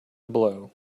blow